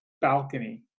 balcony